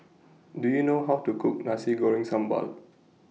Do YOU know How to Cook Nasi Goreng Sambal